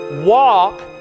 Walk